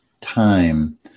time